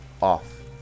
off